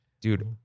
dude